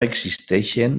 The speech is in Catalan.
existeixen